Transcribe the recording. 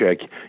check